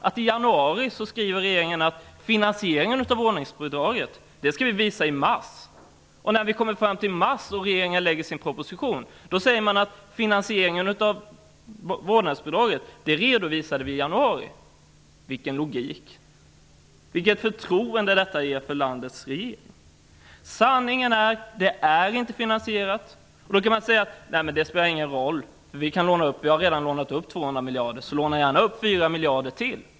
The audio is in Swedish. I januari skriver regeringen att finansieringen av vårdnadsbidraget skall visas i mars. När vi kommer fram till mars säger man att finansieringen av vårdnadsbidraget redovisades i januari. Vilken logik! Vilket förtroende detta ger för landets regering!. Sanningen är: Bidraget är inte finansierat. Då kan man säga: Det spelar ingen roll. Vi har redan lånat upp 200 miljarder så vi kan gärna låna upp 4 miljarder till.